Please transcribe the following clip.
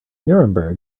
nuremberg